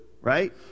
Right